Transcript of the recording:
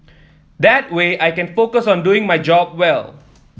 that way I can focus on doing my job well